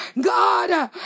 God